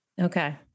Okay